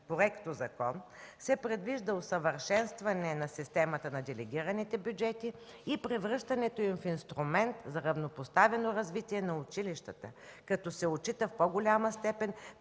подготовка се предвижда усъвършенстване на системата на делегираните бюджети и превръщането им в инструмент за равнопоставено развитие на училищата, като се отчита в по-голяма степен